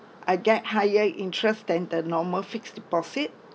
I get higher interest than the normal fixed deposit